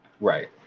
Right